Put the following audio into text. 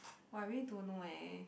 !wah! I really don't know eh